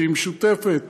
שמשותפת